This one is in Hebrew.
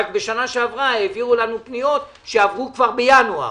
רק בשנה שעברה העבירו לנו פניות שעברו כבר בינואר.